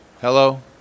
Hello